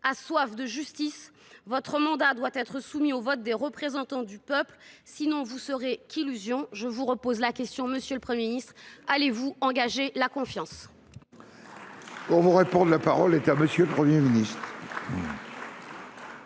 a soif de justice. Votre mandat doit être soumis au vote des représentants du peuple ; à défaut, vous ne serez qu’illusion. Je vous repose donc la question, monsieur le Premier ministre : allez vous demander la confiance